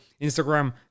Instagram